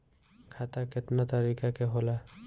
खाता केतना तरीका के होला?